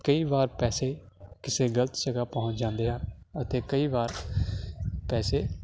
ਕਈ ਵਾਰ ਪੈਸੇ ਕਿਸੇ ਗਲਤ ਜਗ੍ਹਾ ਪਹੁੰਚ ਜਾਂਦੇ ਹਨ ਅਤੇ ਕਈ ਵਾਰ ਪੈਸੇ